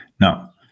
Now